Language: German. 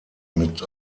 mit